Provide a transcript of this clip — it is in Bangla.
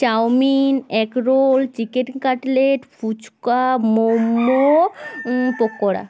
chowmein egg roll chicken cutlet fuchka momo pakora